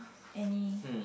any